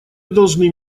должны